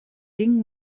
tinc